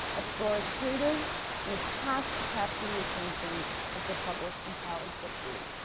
authoritative, and it has to capture the attention of the public and powers that be.